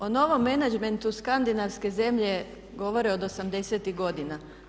O novom menadžmentu skandinavske zemlje govore od 80.tih godina.